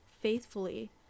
faithfully